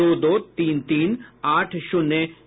दो दो तीन तीन आठ शून्य छह